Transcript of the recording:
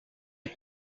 est